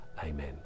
amen